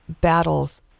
battles